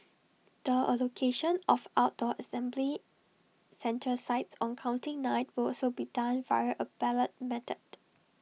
the allocation of outdoor assembly centre sites on counting night will also be done via A ballot method